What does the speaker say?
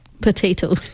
potato